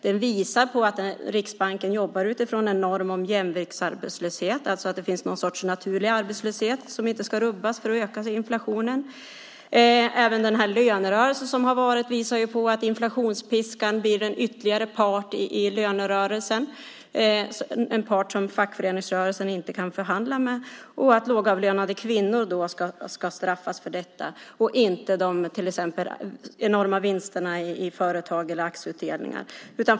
Den visar att Riksbanken jobbar utifrån en norm om jämviktsarbetslöshet, alltså att det finns någon sorts naturlig arbetslöshet som inte ska rubbas, för att inflationen då ökar. Inflationspiskan blir även en ytterligare part i lönerörelsen, en part som fackföreningsrörelsen inte kan förhandla med. Lågavlönade kvinnor straffas för detta, inte till exempel de enorma vinsterna i företag eller aktieutdelningar.